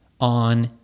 on